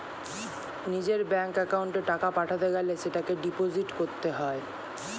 নিজের ব্যাঙ্ক অ্যাকাউন্টে টাকা পাঠাতে গেলে সেটাকে ডিপোজিট করতে হয়